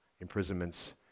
imprisonments